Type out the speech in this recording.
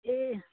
ए